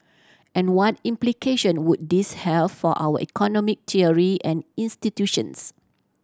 and what implication would this have for our economic theory and institutions